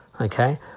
Okay